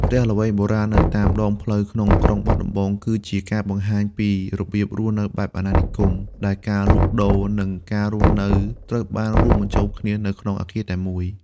ផ្ទះល្វែងបុរាណនៅតាមដងផ្លូវក្នុងក្រុងបាត់ដំបង គឺជាការបង្ហាញពីរបៀបរស់នៅបែបអាណានិគម ដែលការលក់ដូរ និងការរស់នៅត្រូវបានរួមបញ្ចូលគ្នានៅក្នុងអគារតែមួយ។